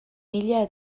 mila